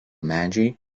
medžiai